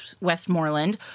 Westmoreland